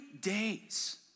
days